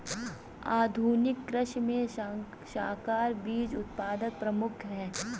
आधुनिक कृषि में संकर बीज उत्पादन प्रमुख है